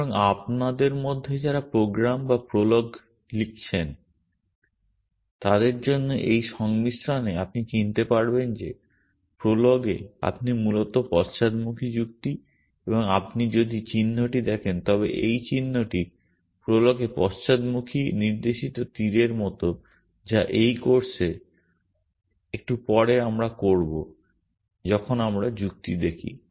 সুতরাং আপনাদের মধ্যে যারা প্রোগ্রাম এবং প্রোলগ লিখেছেন তাদের জন্য এই সংমিশ্রণে আপনি চিনতে পারবেন যে প্রোলগে আপনি মূলত পশ্চাদমুখী যুক্তি এবং আপনি যদি চিহ্নটি দেখেন তবে এই চিহ্নটি প্রলগ এ পশ্চাদমুখী নির্দেশিত তীরের মতো যা এই কোর্সে একটু পরে আমরা করব যখন আমরা যুক্তি দেখি